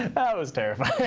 that was terrifying.